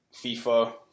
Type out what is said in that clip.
FIFA